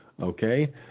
Okay